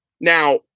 Now